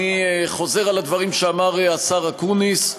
אני חוזר על הדברים שאמר השר אקוניס,